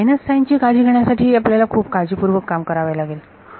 होय minus sign ची काळजी घेण्यासाठी खूप काळजीपूर्वक खूप काम करावे लागेल